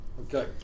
Okay